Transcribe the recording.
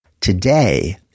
today